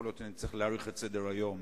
יכול להיות שנצטרך להאריך את סדר-היום